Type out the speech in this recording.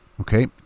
Okay